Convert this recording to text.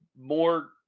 more